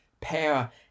power